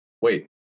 wait